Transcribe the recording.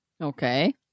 okay